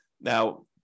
now